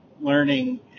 learning